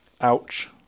Ouch